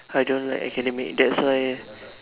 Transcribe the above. I don't like academic that's why